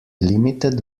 limited